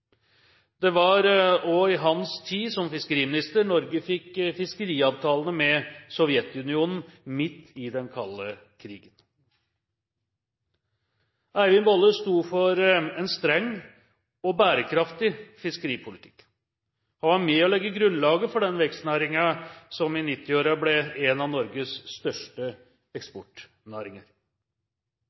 Det var også i hans tid som fiskeriminister Norge fikk fiskeriavtalene med Sovjetunionen, midt i den kalde krigen. Eivind Bolle sto for en streng og bærekraftig fiskeripolitikk. Han var med på å legge grunnlaget for den vekstnæringen som i 1990-årene ble en av Norges største eksportnæringer.